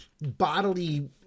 bodily